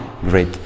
great